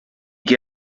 qui